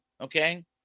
Okay